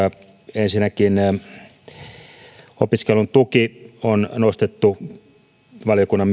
ensinnäkin opiskelun tuki on nostettu valiokunnan